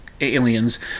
aliens